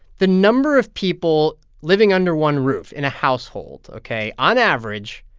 the number of people living under one roof in a household, ok on average,